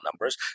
numbers